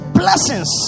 blessings